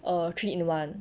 err three in one